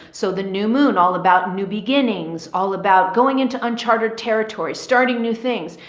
so the new moon, all about new beginnings, all about going into unchartered territory, starting new things.